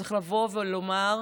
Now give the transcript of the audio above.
צריך לבוא ולומר: